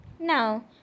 Now